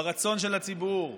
ברצון של הציבור,